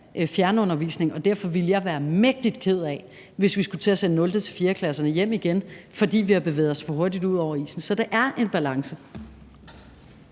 fjernundervisning, og derfor ville jeg være mægtig ked af, hvis vi skulle til at sende 0.-4. klasserne hjem igen, fordi vi har bevæget os for hurtigt ud over isen. Så det er en balance.